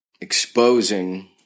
exposing